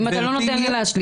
אם אתה לא נותן לי להשלים,